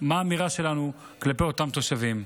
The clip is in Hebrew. מה האמירה שלנו כלפי אותם תושבים?